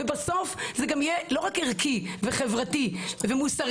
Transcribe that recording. בסוף זה גם יהיה לא רק ערכי וחברתי ומוסרי,